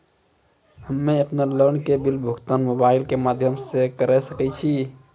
हम्मे अपन लोन के बिल भुगतान मोबाइल के माध्यम से करऽ सके छी?